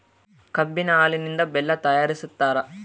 ಕಬ್ಬಿನ ಹಾಲಿನಿಂದ ಬೆಲ್ಲ ತಯಾರಿಸ್ತಾರ